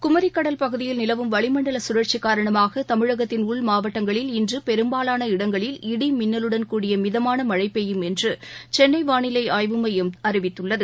குமி கடல் பகுதியில் நிலவும் வளிமண்டல சுழற்சி காரணமாக தமிழகத்தின் உள்மாவட்டங்களில் இன்று பெரும்பாவான இடங்களில் இடி மின்னலுடன் கூடிய மிதமான மழை பெய்யும் என்று சென்னை வானிலை ஆய்வுமையம் அறிவித்துள்ளது